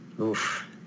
oof